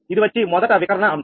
ఇది వచ్చి మొదట వికర్ణ అంశం